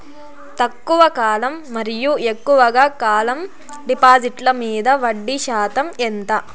తక్కువ కాలం మరియు ఎక్కువగా కాలం డిపాజిట్లు మీద వడ్డీ శాతం ఎంత?